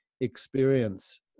experience